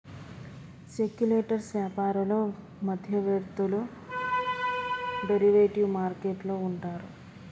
speculators వ్యాపారులు మధ్యవర్తులు derivative market లో ఉంటారు